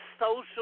social